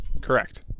Correct